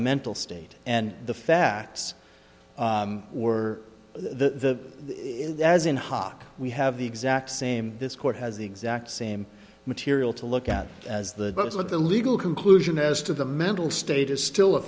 e mental state and the facts or the as in hoc we have the exact same this court has the exact same material to look at as the of the legal conclusion as to the mental state is still a